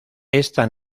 esta